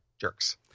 Jerks